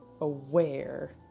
aware